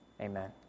amen